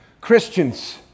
Christians